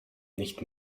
nicht